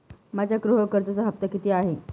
माझ्या गृह कर्जाचा हफ्ता किती आहे?